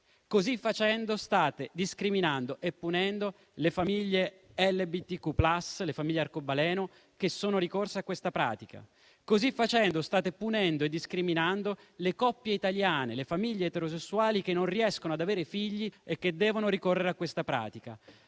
Così facendo, state discriminando e punendo le famiglie LGBTQIA Plus, le famiglie arcobaleno, che sono ricorse a questa pratica. Così facendo, state punendo e discriminando le coppie italiane, le famiglie eterosessuali che non riescono ad avere figli e che devono ricorrere a questa pratica.